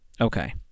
Okay